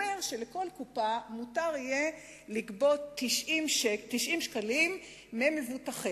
אומר שלכל קופה מותר יהיה לגבות 90 שקלים ממבוטחיה.